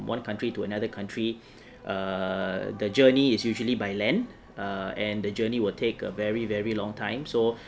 one country to another country err the journey is usually by land err and the journey will take a very very long time so